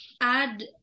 add